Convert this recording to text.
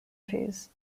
fees